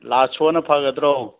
ꯂꯥꯁ ꯁꯣꯅ ꯐꯒꯗ꯭ꯔꯣ